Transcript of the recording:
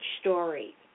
story